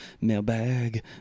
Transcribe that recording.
mailbag